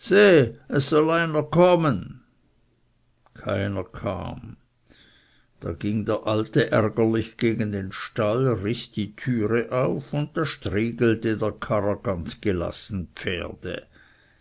kommen keiner kam da ging der alte ärgerlich gegen den stall riß die türe auf und da striegelte der karrer ganz gelassen pferde